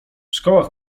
szkołach